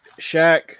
Shaq